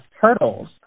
hurdles